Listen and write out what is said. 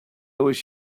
wish